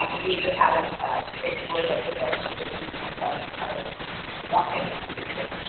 we just haven't explored it for this for the reasons of wanting it to be free.